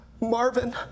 Marvin